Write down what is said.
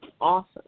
awesome